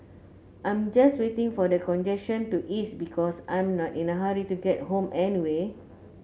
I'm just waiting for the congestion to ease because I'm not in a hurry to get home anyway